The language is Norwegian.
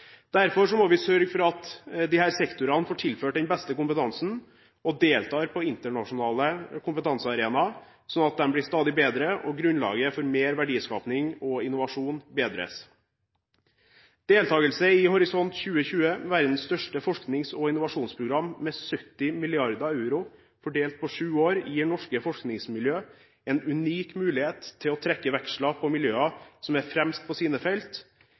må vi sørge for at disse sektorene får tilført den beste kompetansen og deltar på internasjonale kompetansearenaer, sånn at de blir stadig bedre, og at grunnlaget for mer verdiskapning og innovasjon bedres. Deltagelse i Horisont 2020, verdens største forsknings- og innovasjonsprogram, med 70 mrd. euro fordelt over sju år, gir norske forskningsmiljøer en unik mulighet til å trekke veksler på miljøer som er fremst på sine